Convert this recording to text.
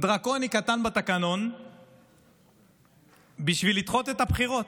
דרקוני קטן בתקנון בשביל לדחות את הבחירות.